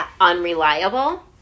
unreliable